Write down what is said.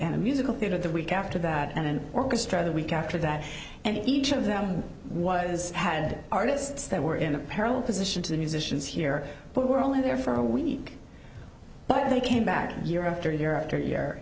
and a musical theater the week after that and an orchestra the week after that and each of them was had artists that were in a parallel position to the musicians here but we're only there for a week but they came back year after year after year